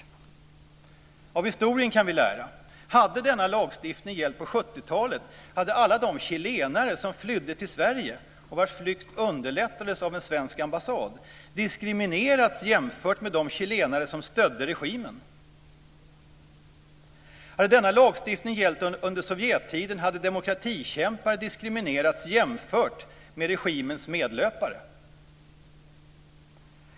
Av historien kan vi lära. Om den här lagstiftningen hade gällt på 70-talet hade alla de chilenare som flydde till Sverige och vars flykt underlättades av en svensk ambassad diskriminerats jämfört med de chilenare som stödde regimen. Hade den här lagstiftningen gällt under Sovjettiden hade demokratikämpar diskriminerats jämfört med regimens medlöpare.